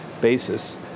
basis